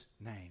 name